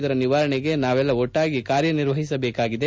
ಇದರ ನಿವಾರಣೆಗೆ ನಾವೆಲ್ಲಾ ಒಟ್ಟಾಗಿ ಕಾರ್ಯನಿರ್ವಹಿಸಬೇಕಿದೆ